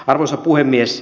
arvoisa puhemies